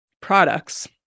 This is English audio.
products